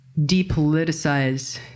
depoliticize